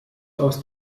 aus